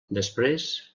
després